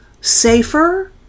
safer